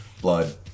blood